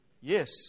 Yes